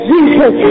Jesus